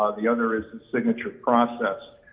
ah the other is the signature process.